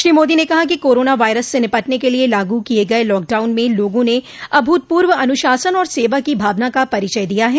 श्री मोदी ने कहा कि कोरोना वायरस से निपटने के लिए लागू किए गए लॉकडाउन में लोगों ने अभूतपूर्व अनुशासन और सेवा की भावना का परिचय दिया है